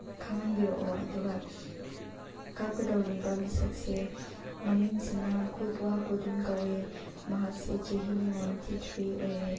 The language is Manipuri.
ꯈꯪꯍꯟꯕꯤꯔꯛꯑꯣ ꯑꯗꯨꯒ ꯀꯥꯞꯀꯗꯧꯔꯤꯕ ꯃꯤꯁꯛꯁꯦ ꯃꯃꯤꯡꯁꯤꯅ ꯈꯨꯄ꯭ꯋꯥ ꯀꯨꯗꯨꯟ ꯀꯧꯋꯦ ꯃꯍꯥꯛꯁꯦ ꯆꯍꯤ ꯅꯥꯏꯟꯇꯤ ꯊ꯭ꯔꯤ ꯑꯣꯏꯔꯦ